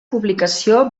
publicació